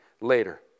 later